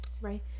Right